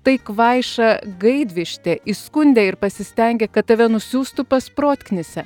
tai kvaiša gaidvištė įskundė ir pasistengė kad tave nusiųstų pas protknisę